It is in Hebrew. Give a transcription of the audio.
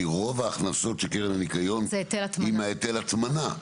כי בעצם רוב ההכנסות של קרן הניקיון הוא מהיטל ההטמנה.